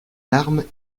larmes